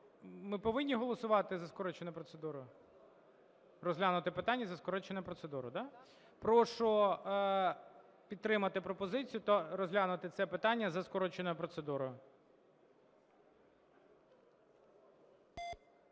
Ми повинні голосувати за скороченою процедурою? Розглянути питання за скороченою процедурою, да? Прошу підтримати пропозицію та розглянути це питання за скороченою процедурою.